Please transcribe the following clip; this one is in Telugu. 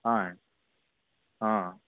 ఆయ్ ఆ